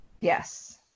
yes